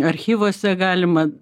archyvuose galima